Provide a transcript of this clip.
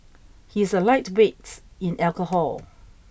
he is a lightweights in alcohol